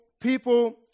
people